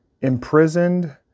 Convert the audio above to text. imprisoned